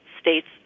states